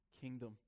kingdom